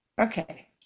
Okay